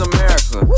America